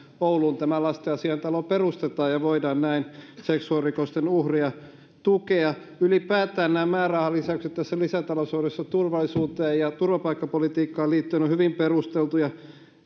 ouluun tämä lastenasiaintalo perustetaan ja voidaan näin seksuaalirikosten uhreja tukea ylipäätään nämä määrärahalisäykset tässä lisätalousarviossa turvallisuuteen ja ja turvapaikkapolitiikkaan liittyen ovat hyvin perusteltuja uskon että